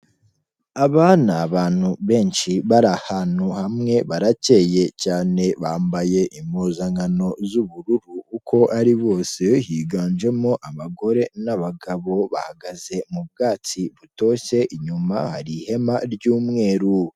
Aba ni abantu benshi, bari ahantu hamwe, baracyeye cyane, bambaye impuzankano z'ubururu uko ari bose, higanjemo abagore n'abagabo, bahagaze mu bwatsi butoshye, inyuma hari ihema ry'umweru.